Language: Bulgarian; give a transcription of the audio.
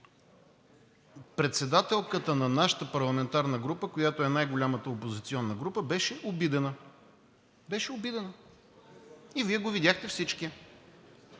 Председателката на нашата парламентарна група, която е най-голямата опозиционна група, беше обидена. Беше обидена и Вие всички